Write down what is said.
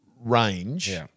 range